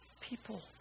people